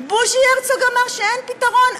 בוז'י הרצוג אמר שאין פתרון,